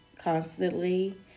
constantly